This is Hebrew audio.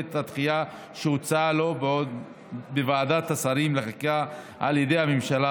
את הדחייה שהוצעה לו בוועדת השרים לחקיקה על ידי הממשלה,